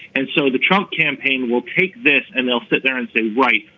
and so the trump campaign will take this and they'll sit there and say, wait,